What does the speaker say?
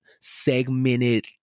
segmented